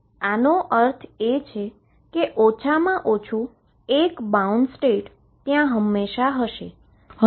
તેથી આનો અર્થ એ કે ઓછામાં ઓછું એક બાઉન્ડ સ્ટેટ ત્યા હંમેશા હશે